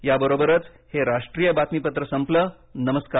याबरोबरच हे राष्ट्रीय बातमीपत्र संपल नमस्कार